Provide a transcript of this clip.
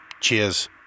cheers